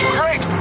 great